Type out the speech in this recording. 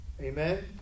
Amen